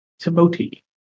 Timoti